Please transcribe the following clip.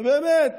ובאמת